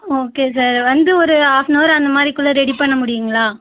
okay sir வந்து ஒரு off on நவர் அந்த மாதிரி குள்ளே ரெடி பண்ண முடியுங்களா